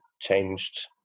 changed